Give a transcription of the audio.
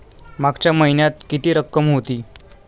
मागच्या महिन्यात किती रक्कम होती?